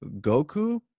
goku